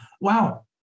Wow